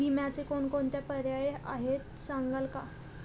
विम्याचे कोणकोणते पर्याय आहेत सांगाल का?